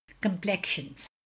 complexions